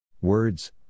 Words